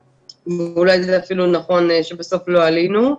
אולי זה אפילו נכון שבסוף לא עלינו,